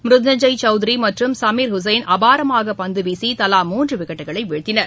மிருத்துஞ்ஜைய் சௌத்ரி மற்றும் சமீர் உஸைன் அபாரமாக பந்து வீசி தலா மூன்று விக்கெட்களை வீழ்த்தினர்